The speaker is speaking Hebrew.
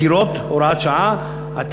ומשוחררים על-תנאי ממאסר (הוראת שעה) (תיקון מס' 3),